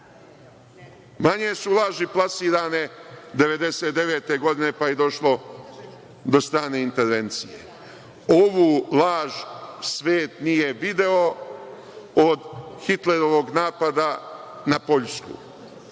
Manje su laži plasirane 1999. godine, pa je došlo do strane intervencije. Ovu laž svet nije video od Hitlerovog napada na Poljsku,